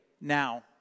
now